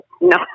No